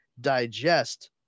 digest